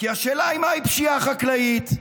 כי השאלה היא מהי פשיעה חקלאית.